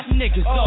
niggas